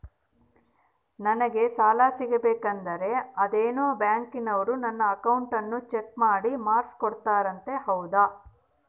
ನಂಗೆ ಸಾಲ ಸಿಗಬೇಕಂದರ ಅದೇನೋ ಬ್ಯಾಂಕನವರು ನನ್ನ ಅಕೌಂಟನ್ನ ಚೆಕ್ ಮಾಡಿ ಮಾರ್ಕ್ಸ್ ಕೋಡ್ತಾರಂತೆ ಹೌದಾ?